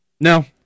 No